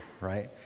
right